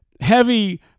heavy